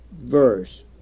verse